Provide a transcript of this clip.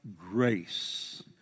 grace